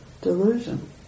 delusion